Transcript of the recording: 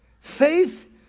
Faith